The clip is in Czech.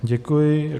Děkuji.